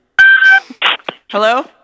Hello